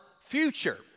future